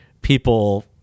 people